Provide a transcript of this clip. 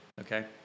Okay